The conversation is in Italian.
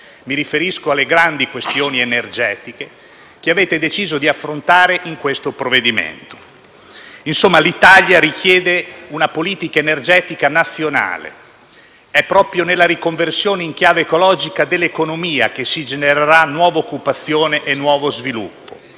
mi riferisco alle grandi questioni energetiche che avete deciso di affrontare nel provvedimento. Insomma, l'Italia richiede una politica energetica nazionale ed è proprio nella riconversione in chiave ecologica dell'economia che si genererà nuova occupazione e nuovo sviluppo.